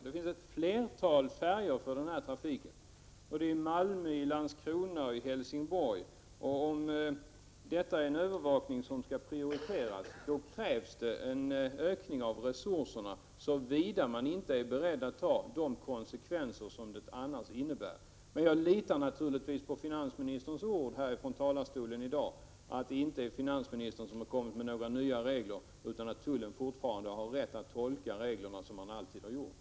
Det finns flera färjor för denna trafik, både i Malmö, Landskrona och Helsingborg. Om denna övervakning skall prioriteras krävs en ökning av resurserna, såvida man inte är beredd att ta de konsekvenser som det annars innebär. Jag litar naturligtvis på finansministerns ord från talarstolen i dag, att det inte är finansministern som kommit med några nya regler, och att tullen fortfarande har rätt att tolka reglerna så som man alltid gjort.